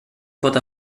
pot